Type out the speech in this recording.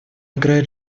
играет